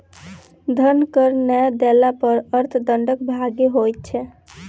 धन कर नै देला पर अर्थ दंडक भागी होइत छै